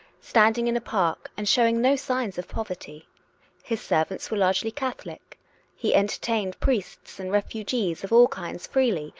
standing in a park, and showing no signs of poverty his servants were largely catholic he entertained priests and refugees of all kinds freely,